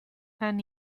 and